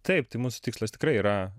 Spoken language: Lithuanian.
taip tai mūsų tikslas tikrai yra